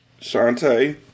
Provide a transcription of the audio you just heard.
Shantae